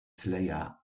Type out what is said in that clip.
slayer